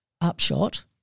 Upshot